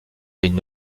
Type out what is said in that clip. une